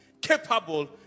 capable